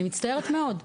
אני מצטערת מאוד.